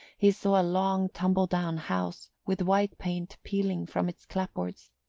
he saw a long tumble-down house with white paint peeling from its clapboards.